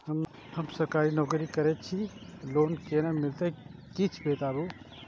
हम सरकारी नौकरी करै छी लोन केना मिलते कीछ बताबु?